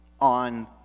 on